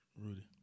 Rudy